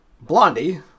Blondie